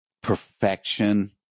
perfection